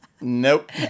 Nope